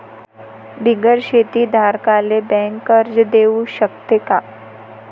बिगर शेती धारकाले बँक कर्ज देऊ शकते का?